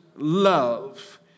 Love